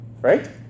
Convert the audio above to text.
right